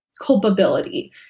culpability